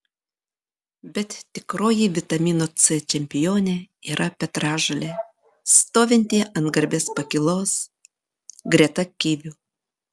bet tikroji vitamino c čempionė yra petražolė stovinti ant garbės pakylos greta kivių